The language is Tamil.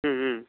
ம் ம்